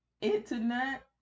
internet